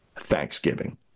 Thanksgiving